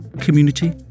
community